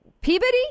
Peabody